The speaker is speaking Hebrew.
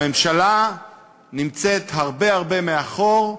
הממשלה נמצאת הרבה הרבה מאחור,